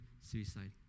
suicide